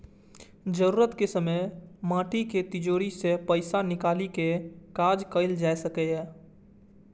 जरूरत के समय माटिक तिजौरी सं पैसा निकालि कें काज कैल जा सकैए